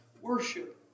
worship